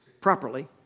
properly